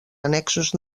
annexos